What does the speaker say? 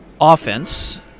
offense